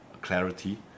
clarity